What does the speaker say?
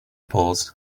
polls